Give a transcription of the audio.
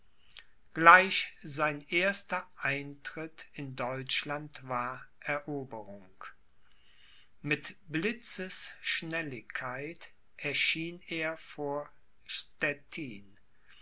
gleich sein erster eintritt in deutschland war eroberung mit blitzesschnelligkeit erschien er vor